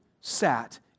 sat